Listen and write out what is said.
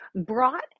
brought